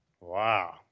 Wow